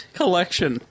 collection